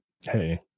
Hey